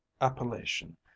appellation